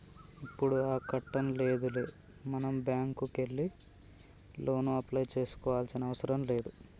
ఇప్పుడు ఆ కట్టం లేదులే మనం బ్యాంకుకే వెళ్లి లోను అప్లై చేసుకోవాల్సిన అవసరం లేదు